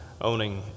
owning